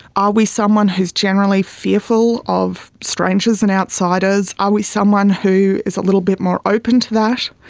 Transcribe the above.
are we someone who is generally fearful of strangers and outsiders? are we someone who is a little bit more open to that?